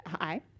Hi